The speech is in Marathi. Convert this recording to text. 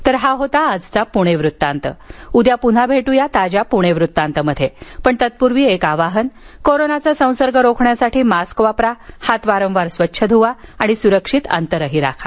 तर हा होता आजचा पुणे वृत्तांत उद्या पुन्हा भेटू ताज्या पुणे वृत्तांत मध्ये पण तत्पूर्वी एक आवाहन कोरोनाचा संसर्ग रोखण्यासाठी मास्क वापरा हात वारंवार स्वच्छ धुवा आणि सुरक्षित अंतर राखा